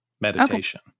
meditation